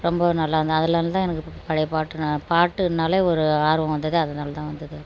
ரொம்ப நல்லாந்து அதுலேந்து தான் எனக்கு பு பழைய பாட்டுனா பாட்டுனாலே ஒரு ஆர்வம் வந்தது அதனால தான் வந்தது எனக்கு